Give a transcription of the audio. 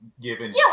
given